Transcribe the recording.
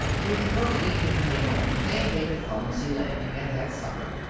when the early evening came on they made a clumsy landing and had supper.